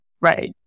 right